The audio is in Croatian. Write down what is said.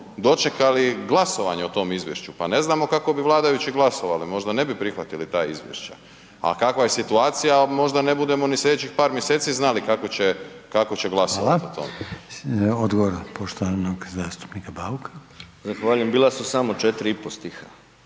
dočeli glasovanje o tom izvješću pa ne znamo kako bi vladajući glasovali, možda ne bi prihvatili ta izvješća. A kakva je situacija, možda ne budemo ni sljedećih par mjeseci znali kako će glasovati o tome. **Reiner, Željko (HDZ)** Hvala. Odgovor poštovanog zastupnika Bauka. **Bauk, Arsen (SDP)** Zahvaljujem. Bila su samo 4 i pol stiha.